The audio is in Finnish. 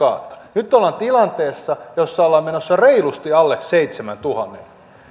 nyt ollaan tilanteessa jossa ollaan menossa reilusti alle seitsemäntuhannen